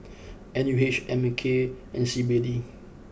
N U H A M K and C B D